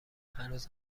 هنوز